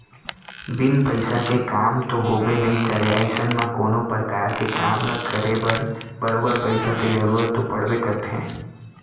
बिन पइसा के काम तो होबे नइ करय अइसन म कोनो परकार के काम ल करे बर बरोबर पइसा के जरुरत तो पड़बे करथे